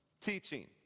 teaching